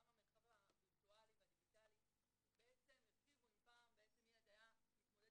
גם המרחב הווירטואלי והדיגיטלי בעצם הרחיבו אם פעם ילד היה מתמודד